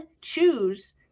choose